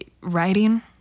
writing